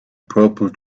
purple